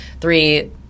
three